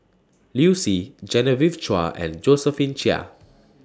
Liu Si Genevieve Chua and Josephine Chia